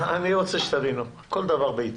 אני רוצה שתבינו: כל דבר בעתו.